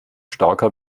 starker